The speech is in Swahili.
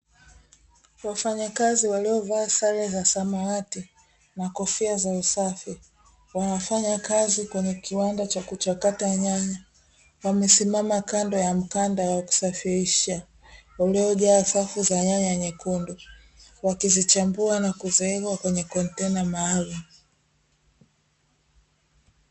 Wafanyakazi waliovaa sare za samawati na kofia za usafi, wanafanya kazi kwenye kiwanda cha kuchakata nyanya. Wamesimama kando ya mkanda wa kusafirisha uliojaa safu za nyanya nyekundu, wakizichambua na kuziweka kwenye kontena maalumu.